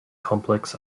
complex